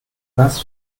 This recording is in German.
was